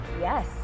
Yes